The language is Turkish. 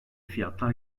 fiyatlar